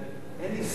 אין איסור,